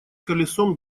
колесом